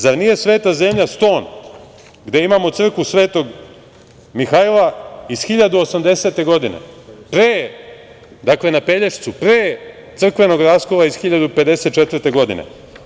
Zar nije sveta zemlja Ston. gde imamo crkvu Sv. Mihajla iz 1080. godine, dakle na Pelješcu, pre crkvenog raskola iz 1954. godine.